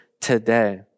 today